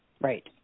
Right